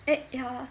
eh ya